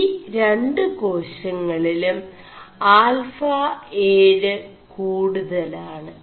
ഈ രു േകാശÆളിലും ആൽഫാ 7 കൂടുതലാണ്